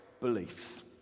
beliefs